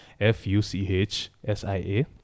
F-U-C-H-S-I-A